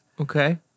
Okay